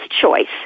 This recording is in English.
choice